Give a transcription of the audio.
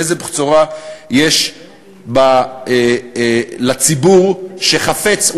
איזו בשורה יש לציבור שחפץ,